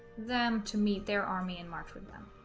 them to meet their army and march with them